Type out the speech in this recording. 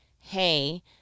hey